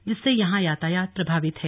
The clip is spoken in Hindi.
जिससे यहां यातायात प्रभावित है